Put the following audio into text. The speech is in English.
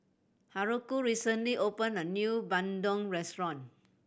Haruko recently opened a new bandung restaurant